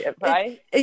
right